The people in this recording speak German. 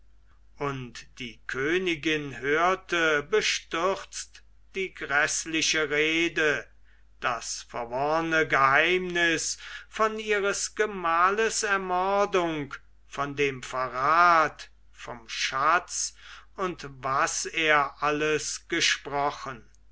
und die königin hörte bestürzt die gräßliche rede das verworrne geheimnis von ihres gemahles ermordung von dem verrat vom schatz und was er alles gesprochen